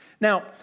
Now